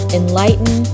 enlighten